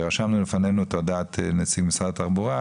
ורשמנו לפנינו את הודעת נציג משרד התחבורה,